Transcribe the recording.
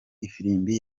ifirimbi